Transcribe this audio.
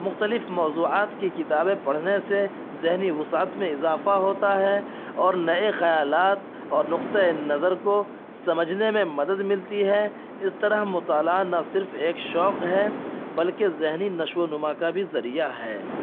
مختلف موضوعات کی کتابیں پڑھنے سے ذہنی وسعت میں اضافہ ہوتا ہے اور نئے خیالات اور نقطۂ نظر کو سمجھنے میں مدد ملتی ہے اس طرح مطالعہ نہ صرف ایک شوق ہے بلکہ ذہنی نشو و نما کا بھی ذریعہ ہے